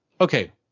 okay